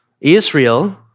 Israel